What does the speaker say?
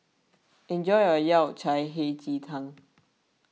enjoy your Yao Cai Hei Ji Tang